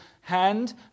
hand